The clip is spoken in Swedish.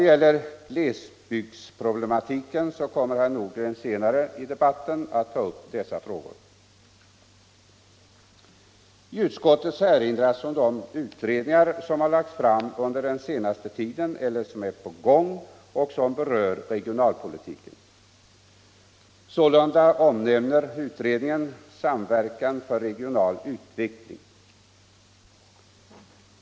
Herr Nordgren kommer senare i debatten att ta upp glesbygdsproblematiken. Utskottet erinrar om de utredningar som har lagts fram under den senaste tiden eller som är på gång och som berör regionalpolitiken. Sålunda omnämns utredningen Samverkan för regional utveckling.